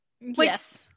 Yes